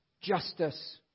justice